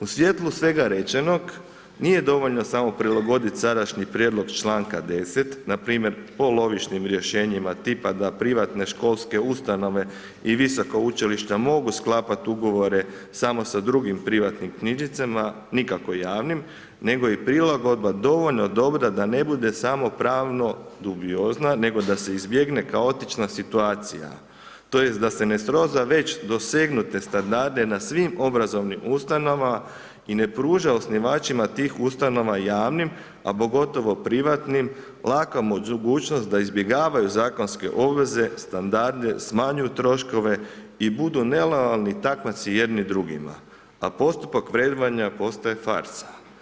U svjetlu svega rečenog, nije dovoljno samo prilagoditi sadašnji prijedlog članka 10., npr. polovičnim rješenjima tipa da na privatne školske ustanove i visoka učilišta mogu sklapati ugovore samo sa drugim privatnim knjižnicama, nikako javnim nego i prilagodba dovoljno dobra da ne bude samo pravno dubiozna nego da se izbjegne kaotična situacija tj. da se ne sroza već dosegnute standarde na svim obrazovnim ustanovama i ne pruža osnivačima tih ustanovama javnim a pogotovo privatnim, laka je mogućnost da izbjegavaju zakonske obveze, standarde, smanjuju troškove i budu nelojalni takmaci jedni drugim a postupak vrednovanja postaje farsa.